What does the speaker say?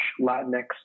Latinx